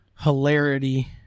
hilarity